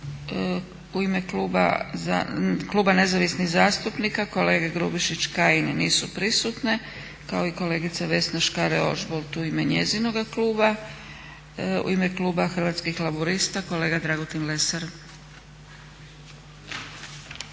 U ime Kluba nezavisnih zastupnika kolege Grubišić, Kajin nisu prisutni kao i kolegica Vesna Škare-Ožbolt u ime njezinoga kluba. U ime kluba Hrvatskih laburista kolega Dragutin Lesar.